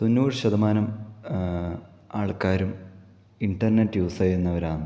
തൊണ്ണൂറ് ശതമാനം ആൾക്കാരും ഇന്റർനെറ്റ് യൂസ് ചെയ്യുന്നവരാന്ന്